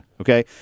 okay